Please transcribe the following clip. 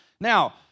Now